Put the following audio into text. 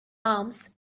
arms